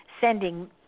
sending